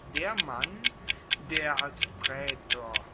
der mann der als prätor